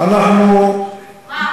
מה,